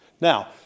Now